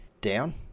down